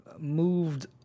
moved